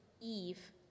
Eve